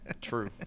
true